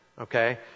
okay